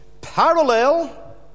parallel